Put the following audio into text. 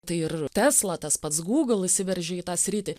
tai ir tesla tas pats google įsiveržė į tą sritį